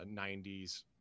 90s